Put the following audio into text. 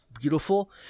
beautiful